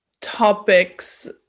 topics